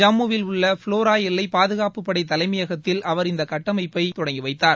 ஜம்மு வில் உள்ள ப்ளோரா எல்லை பாதுகாப்புப் படை தலைமையகத்தில் அவர் இந்த கட்டமைப்பை தொடங்கி வைத்தார்